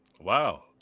wow